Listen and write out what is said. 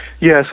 yes